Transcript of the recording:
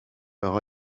par